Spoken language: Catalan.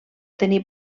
tenir